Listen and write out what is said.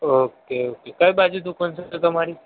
okay okay કઈ બાજું દુકાન છે તો તમારી